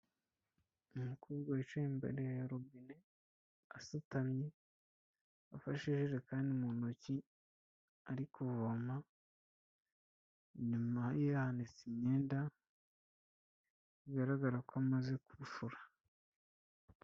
Umukobwa wicaye imbere ya robine asutamye, afasheshije ijikani mu ntoki, ari kuvoma inyuma ye hanitse imyenda, bigaragara ko amaze gufura.